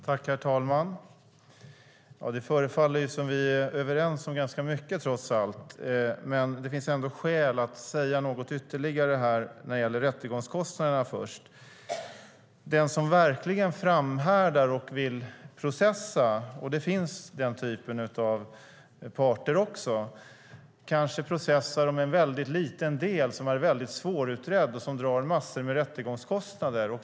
Herr talman! Det förefaller som om vi trots allt är överens om ganska mycket. Det finns ändå skäl att säga något ytterligare, först när det gäller rättegångskostnaderna. Den som verkligen framhärdar och vill processa - den typen av parter finns också - kanske processar om en väldigt liten del som är väldigt svårutredd och som drar massor med rättegångskostnader.